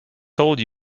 told